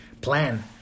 plan